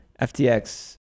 FTX